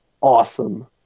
awesome